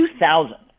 2000